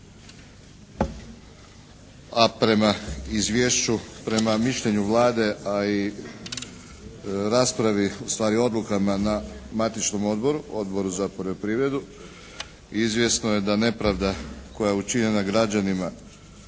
a prema izvješću, prema mišljenju Vlade a i raspravi ustvari odlukama na matičnom Odboru za poljoprivredu, izvjesno je da nepravda koja je učinjena građanima